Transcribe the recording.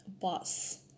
boss